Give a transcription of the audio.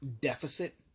deficit